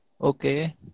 Okay